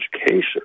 education